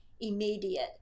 immediate